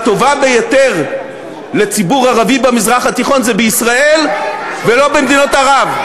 הטובה ביותר לציבור ערבי במזרח התיכון זה בישראל ולא במדינות ערב?